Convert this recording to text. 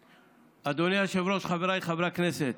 אדוני היושב-ראש, חבריי חברי הכנסת,